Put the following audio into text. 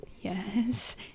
Yes